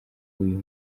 uyu